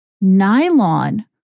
Nylon